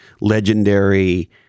legendary